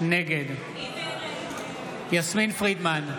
נגד יסמין פרידמן,